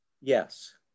Yes